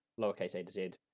lower case a to z,